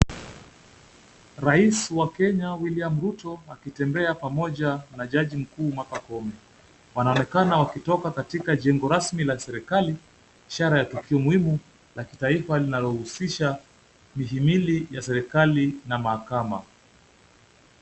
Rais wa Kenya William Ruto akitembea pamoja na jaji mkuu Martha Koome. Wanaonekana wakitoka katika jengo rasmi la serikali, ishara ya tukio muhimu la kitaifa linalohusisha mihimili ya serikali na mahakama.